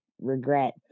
regret